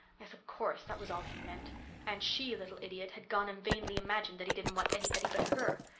yes, of course, that was all he meant and she, little idiot, had gone and vainly imagined that he didn't want anybody but her.